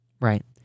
right